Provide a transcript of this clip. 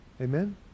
Amen